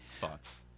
thoughts